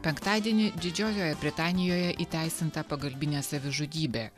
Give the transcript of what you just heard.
penktadienį didžiojoje britanijoje įteisinta pagalbinė savižudybė